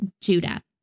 Judah